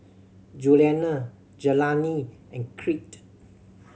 Juliana Jelani and Crete